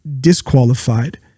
disqualified